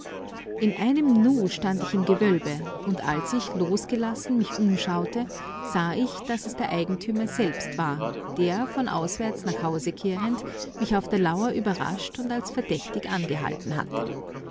in einem nu stand ich im gewölbe und als ich losgelassen mich umschaute sah ich daß es der eigentümer selbst war der von auswärts nach hause kehrend mich auf der lauer überrascht und als verdächtig angehalten hatte